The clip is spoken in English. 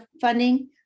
funding